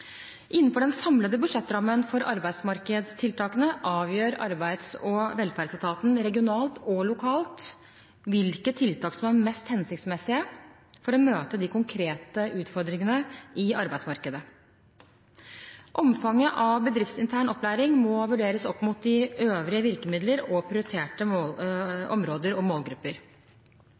Innenfor den samlede budsjettrammen for arbeidsmarkedstiltakene avgjør Arbeids- og velferdsetaten regionalt og lokalt hvilke tiltak som er mest hensiktsmessige for å møte de konkrete utfordringene i arbeidsmarkedet. Omfanget av bedriftsintern opplæring må vurderes opp mot øvrige virkemidler og prioriterte områder og målgrupper.